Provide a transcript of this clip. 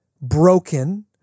broken